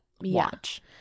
watch